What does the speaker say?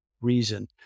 reason